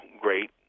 great